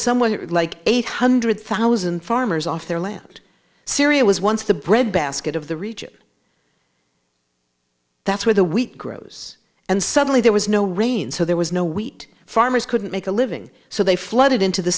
someone like eight hundred thousand farmers off their land syria was once the bread basket of the region that's where the wheat grows and suddenly there was no rain so there was no wheat farmers couldn't make a living so they flooded into the